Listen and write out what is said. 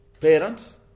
parents